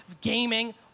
gaming